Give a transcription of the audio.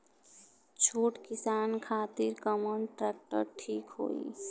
छोट किसान खातिर कवन ट्रेक्टर ठीक होई?